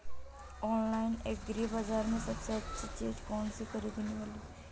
Online agri बाजार में सबसे अच्छी चीज कौन सी ख़रीदने वाली है?